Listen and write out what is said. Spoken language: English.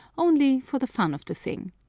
only for the fun of the thing.